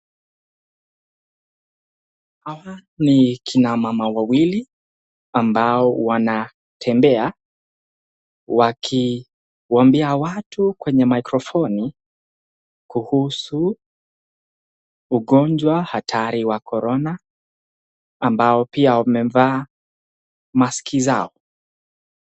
Hawa ni kina mama wawili ambao wanatembea, wakiwaambia watu kwenye maikrofoni kuhusu ugonjwa hatari wa korona, ambao pia wamevaa maski zao.